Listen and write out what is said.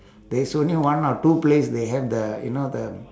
there is only one or two place they have the you know the